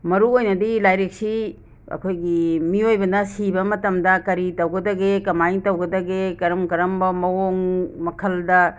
ꯃꯔꯨ ꯑꯣꯏꯅꯗꯤ ꯂꯥꯏꯔꯤꯛꯁꯤ ꯑꯩꯈꯣꯏꯒꯤ ꯃꯤꯌꯣꯏꯕꯅ ꯁꯤꯕ ꯃꯇꯝꯗ ꯀꯔꯤ ꯇꯧꯒꯗꯒꯦ ꯀꯃꯥꯏꯅ ꯇꯧꯒꯗꯒꯦ ꯀꯔꯝ ꯀꯔꯝꯕ ꯃꯋꯣꯡ ꯃꯈꯜꯗ